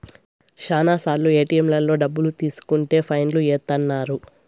శ్యానా సార్లు ఏటిఎంలలో డబ్బులు తీసుకుంటే ఫైన్ లు ఏత్తన్నారు